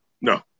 no